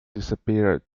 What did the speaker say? disappeared